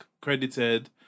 credited